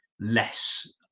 less